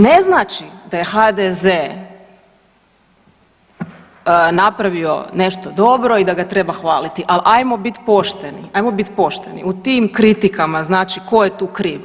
Ne znači da je HDZ napravio nešto dobro i da ga treba hvaliti, a ajmo bit pošteni, ajmo bit pošteni, u tim kritikama znači tko je tu kriv?